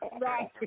Right